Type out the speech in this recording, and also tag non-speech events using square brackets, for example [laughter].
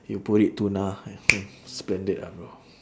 you put it tuna [noise] splendid ah bro